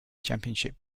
championship